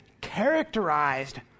characterized